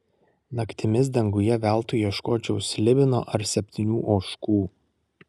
naktimis danguje veltui ieškočiau slibino ar septynių ožkų